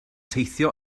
teithio